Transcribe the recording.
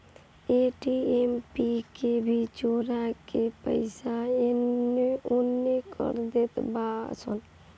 ATM PIN के भी चोरा के पईसा एनेओने कर देत बाड़ऽ सन